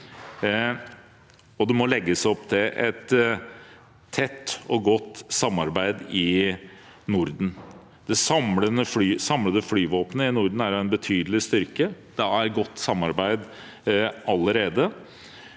det må legges opp til et tett og godt samarbeid i Norden. Det samlede flyvåpenet i Norden er en betydelig styrke. Det er allerede